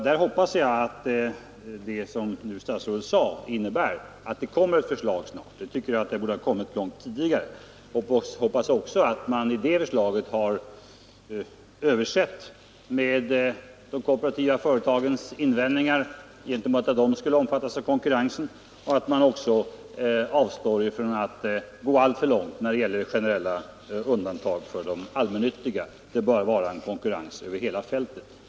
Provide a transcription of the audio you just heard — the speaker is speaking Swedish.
Där hoppas jag att det som statsrådet nu sade innebär att det kommer ett förslag snart. Jag hoppas också att man i det förslaget då skall ha bortsett från de kooperativa företagens invändningar mot att de skall omfattas av konkurrensen och att man också avstår från att gå alltför långt när det gäller generella undantag för de allmännyttiga bostadsföretagen. Det bör vara konkurrens över hela fältet.